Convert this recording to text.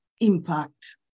impact